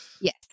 Yes